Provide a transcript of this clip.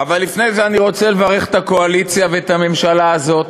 אבל לפני זה אני רוצה לברך את הקואליציה ואת הממשלה הזאת.